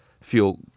feel